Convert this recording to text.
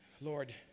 Lord